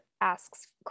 asks